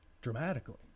dramatically